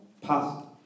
past